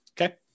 Okay